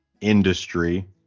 industry